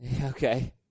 Okay